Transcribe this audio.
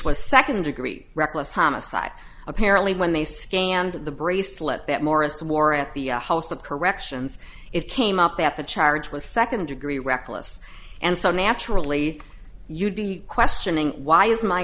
was second degree reckless homicide apparently when they scanned the bracelet that morris wore at the host of corrections it came up that the charge was second degree reckless and so naturally you'd be questioning why is my